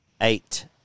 eight